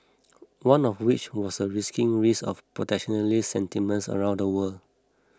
one of which was the risking of protectionist sentiments around the world